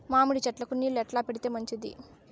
మామిడి చెట్లకు నీళ్లు ఎట్లా పెడితే మంచిది?